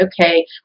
okay